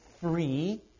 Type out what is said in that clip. free